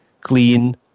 clean